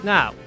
Now